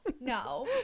no